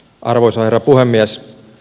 arvoisa herra puhemies